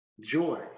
joy